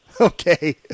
Okay